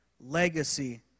Legacy